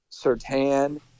Sertan